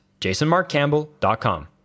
jasonmarkcampbell.com